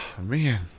man